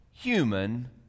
human